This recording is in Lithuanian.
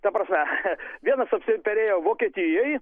ta prasme che vienas apsiperėjo vokietijoj